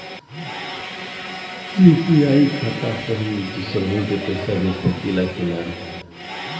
UPI खाता से हम दुसरहु के पैसा भेज सकीला की ना?